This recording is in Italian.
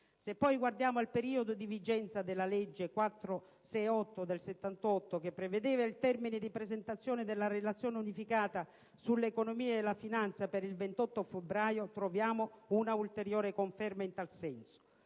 Se poi guardiamo al periodo di vigenza della legge n. 468 del 1978, che prevedeva il termine di presentazione della Relazione unificata sull'economia e la finanza per il 28 febbraio, troviamo una ulteriore conferma in tal senso: